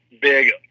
big